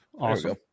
Awesome